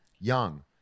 Young